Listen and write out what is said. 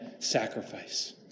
sacrifice